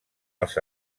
els